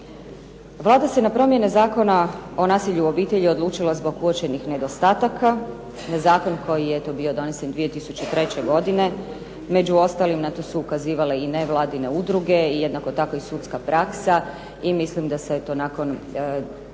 Vlada se na promjene Zakona o nasilju u obitelji odlučila zbog uočenih nedostataka, na zakon koji je eto bio donesen 2003. godine. Među ostalim na to su ukazivale i nevladine udruge i jednako tako i sudska praksa i mislim da se eto nakon